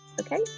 Okay